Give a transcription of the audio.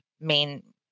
main